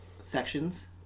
sections